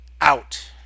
out